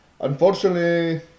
unfortunately